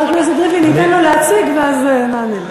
חבר הכנסת ריבלין, ניתן לו להציג ואז נענה לו.